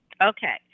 Okay